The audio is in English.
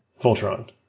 voltron